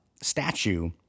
statue